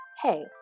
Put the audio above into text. Hey